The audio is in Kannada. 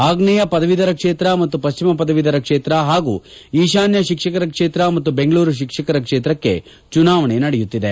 ಆಗ್ಲೇಯ ಪದವೀಧರ ಕ್ಷೇತ್ರ ಮತ್ತು ಪಶ್ಚಿಮ ಪದವೀಧರ ಕ್ಷೇತ್ರ ಹಾಗೂ ಈಶಾನ್ಯ ಶಿಕ್ಷಕರ ಕ್ಷೇತ್ರ ಮತ್ತು ಬೆಂಗಳೂರು ಶಿಕ್ವಕರ ಕ್ವೇತ್ರಕ್ಕೆ ಚುನಾವಣೆ ನಡೆಯುತ್ತಿದೆ